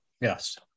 Yes